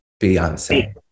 Beyonce